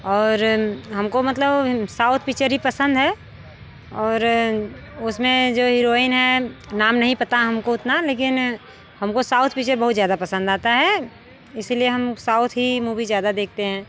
और हमको मतलब साउथ पिक्चर ही पसंद है और उसमें जो हीरोइन है नाम नहीं पता हमको उतना लेकिन हमको साउथ पिक्चर बहुत ज़्यादा पसंद आता है इसलिए हम साउथ ही मूवी ज़्यादा देखते हैं